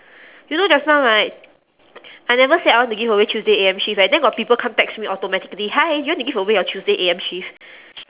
you know just now right I never say I want to give away tuesday A_M shift eh then got people come text me automatically hi do you want to give away your tuesday A_M shift